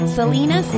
Selena